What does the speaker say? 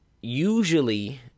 usually